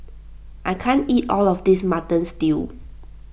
I can't eat all of this Mutton Stew